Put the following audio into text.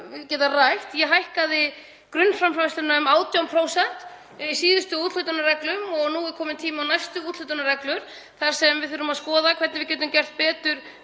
Ég hækkaði grunnframfærsluna um 18% í síðustu úthlutunarreglum og nú er kominn tími á næstu úthlutunarreglur þar sem við þurfum að skoða hvernig við getum gert betur